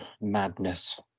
madness